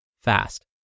fast